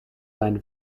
land